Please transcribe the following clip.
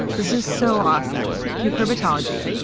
this is so awesome cucurbitology,